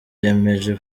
yemeje